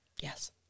Yes